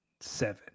seven